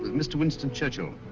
mr. winston churchill.